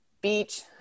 Beach